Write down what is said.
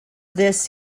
this